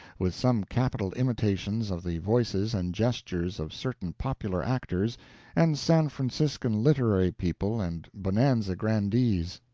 with some capital imitations of the voices and gestures of certain popular actors and san franciscan literary people and bonanza grandees.